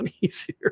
easier